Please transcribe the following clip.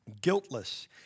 guiltless